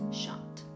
shot